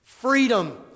freedom